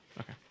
Okay